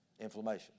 inflammation